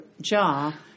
jaw